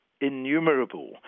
innumerable